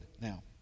Now